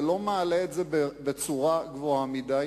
זה לא מעלה אותו גבוה מדי,